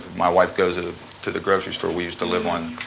my wife goes ah to to the grocery store. we used to live on,